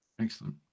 excellent